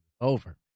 Over